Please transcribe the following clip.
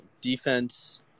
Defense